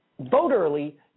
vote-early